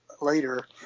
later